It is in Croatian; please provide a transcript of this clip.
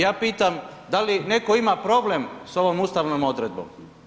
Ja pitam da li netko ima problem sa ovom ustavnom odredbom?